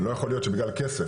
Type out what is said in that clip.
לא יכול להיות שבגלל כסף,